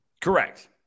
Correct